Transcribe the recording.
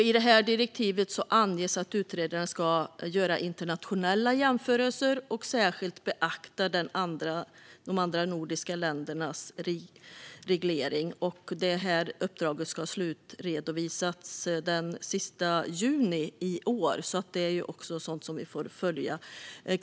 I direktivet anges att utredaren ska göra internationella jämförelser och särskilt beakta de andra nordiska ländernas reglering. Uppdraget ska slutredovisas den sista juni i år. Detta är alltså också något vi får följa.